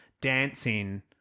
dancing